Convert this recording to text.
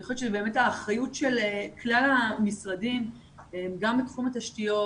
אני חושבת שזו באמת האחריות של כלל המשרדים גם בתחום התשתיות,